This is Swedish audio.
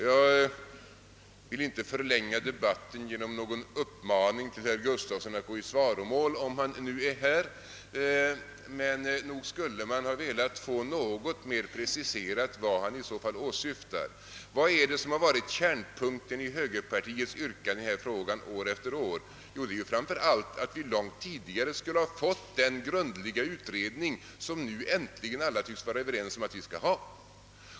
Jag vill inte förlänga debatten genom någon uppmaning till herr Gustafsson att gå i svaromål, om han nu är här, men nog skulle man velat få något mera preciserat vad han åsyftar. Vad är det som har varit kärnpunkten i högerpartiets yrkanden i denna fråga år efter år? Jo, det är att vi långt tidigare skulle ha fått den grundliga utredning som nu äntligen alla tycks vara överens om att vi skall ha.